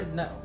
no